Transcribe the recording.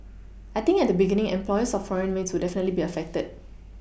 I think at the beginning employers of foreign maids will definitely be affected